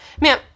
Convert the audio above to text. Ma'am